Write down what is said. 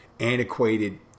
antiquated